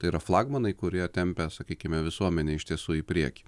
tai yra flagmanai kurie tempia sakykime visuomenę iš tiesų į priekį